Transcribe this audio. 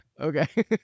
Okay